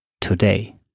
today